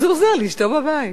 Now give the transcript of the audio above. אז הוא עוזר לאשתו בבית.